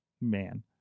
man